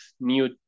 new